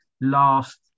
last